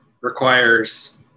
requires